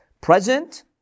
present